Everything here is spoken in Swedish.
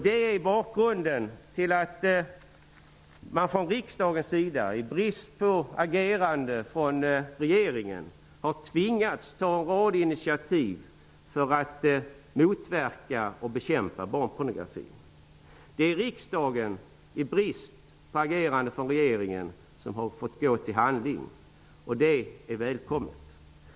Detta är bakgrunden till att man från riksdagens sida, i brist på agerande från regeringen, har tvingats ta en rad initiativ för att motverka och bekämpa barnpornografin. Riksdagen har fått gå till handling i brist på agerande från regeringen. Det är välkommet.